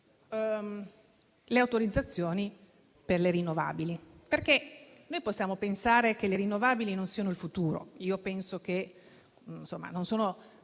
le autorizzazioni per le rinnovabili. Possiamo pensare che le rinnovabili non siano il futuro - non sono